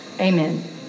Amen